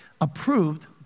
approved